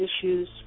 issues